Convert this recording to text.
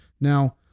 Now